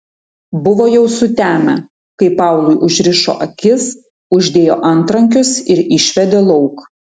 buvo jau sutemę kai paului užrišo akis uždėjo antrankius ir išvedė lauk